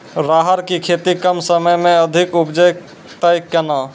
राहर की खेती कम समय मे अधिक उपजे तय केना?